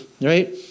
right